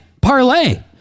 parlay